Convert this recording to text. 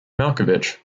malkovich